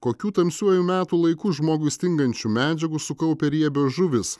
kokių tamsiuoju metų laiku žmogui stingančių medžiagų sukaupia riebios žuvys